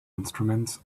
instruments